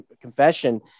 confession